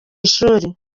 ishuri